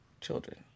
children